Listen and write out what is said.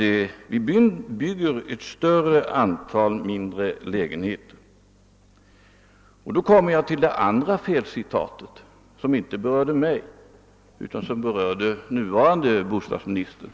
Jag kommer i detta sammanhang in på herr Mundebos andra felreferat, som inte berörde mig, utan den nuvarande bostadsministern.